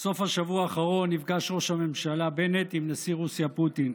בסוף השבוע האחרון נפגש ראש הממשלה בנט עם נשיא רוסיה פוטין.